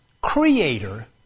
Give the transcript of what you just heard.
creator